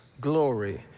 glory